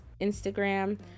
instagram